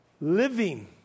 Living